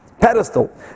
pedestal